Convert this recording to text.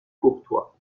courtois